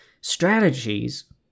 strategies